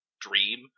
dream